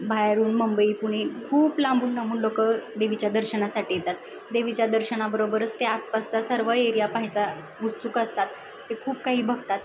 बाहेरून मुंबई पुणे खूप लांबून लांबून लोक देवीच्या दर्शनासाठी येतात देवीच्या दर्शनाबरोबरच ते आसपासचा सर्व एरिया पाहायचा उत्सुक असतात ते खूप काही बघतात